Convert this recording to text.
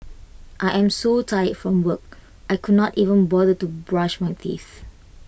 I am so tired from work I could not even bother to brush my teeth